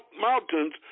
mountains